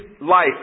life